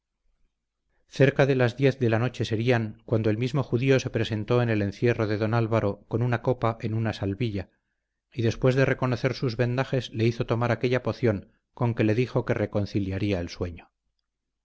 cerca de las diez de la noche serían cuando el mismo judío se presentó en el encierro de don álvaro con una copa en una salvilla y después de reconocer sus vendajes le hizo tomar aquella poción con que le dijo que reconciliaría el sueño